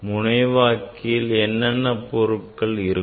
முனைவாக்கில் என்னென்ன பொருள்கள் இருக்கும்